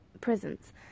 prisons